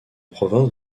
provinces